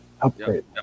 upgrade